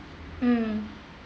mm